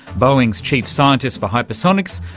boeing's chief scientist for hypersonics,